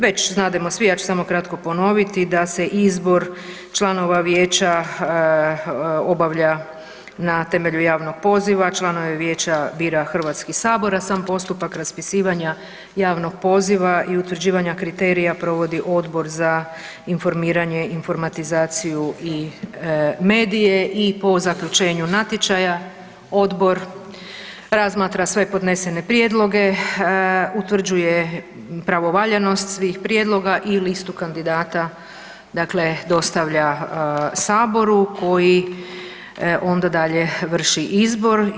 Već znademo svi, ja ću samo kratko ponoviti da se izbor članova vijeća obavlja na temelju javnog poziva, članove vijeća bira Hrvatski sabor, a sam postupak raspisivanja javnog poziva i utvrđivanja kriterija provodi Odbor za informiranje, informatizaciju i medije i po zaključenju natječaja odbor razmatra sve podnesene prijedloge, utvrđuje pravovaljanost svih prijedloga i listu kandidata dakle dostavlja saboru koji onda dalje vrši izbor.